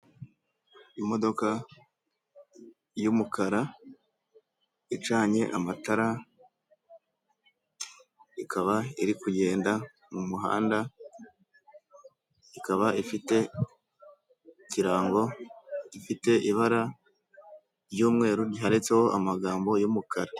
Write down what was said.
Imodoka y'umukara icanye amatara, ikaba iri kugenda mu muhanda, ikaba ifite ikirango gifite ibara ry'umweru handitseho amagambo y'umukara.